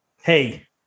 Hey